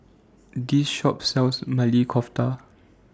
This Shop sells Maili Kofta